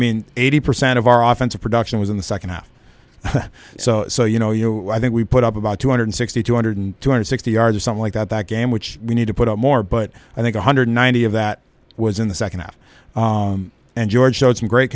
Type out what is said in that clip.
mean eighty percent of our often to production was in the second half so so you know you i think we put up about two hundred sixty two hundred two hundred sixty yards or something like that that game which we need to put out more but i think one hundred ninety of that was in the second half and george showed some great